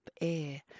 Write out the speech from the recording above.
air